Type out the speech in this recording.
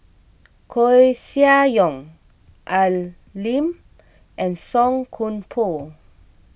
Koeh Sia Yong Al Lim and Song Koon Poh